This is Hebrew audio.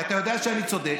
כי אתה יודע שאני צודק.